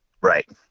Right